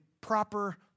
proper